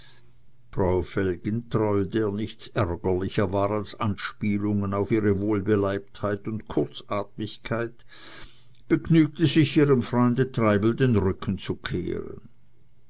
der nichts ärgerlicher war als anspielungen auf ihre wohlbeleibtheit und kurzatmigkeit begnügte sich ihrem freunde treibel den rücken zu kehren